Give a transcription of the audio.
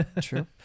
True